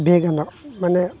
ᱵᱮᱼᱜᱟᱱᱚᱜ ᱢᱟᱱᱮ